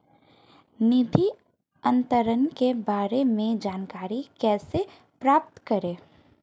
निधि अंतरण के बारे में जानकारी कैसे प्राप्त करें?